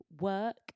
work